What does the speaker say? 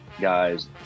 Guys